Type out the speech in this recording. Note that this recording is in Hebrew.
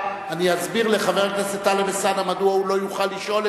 אני אסביר לחבר הכנסת טלב אלסאנע מדוע הוא לא יוכל לשאול,